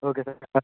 okay sir చెప్పండి